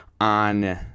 on